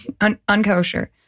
Unkosher